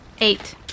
Eight